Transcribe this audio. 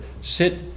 sit